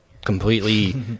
Completely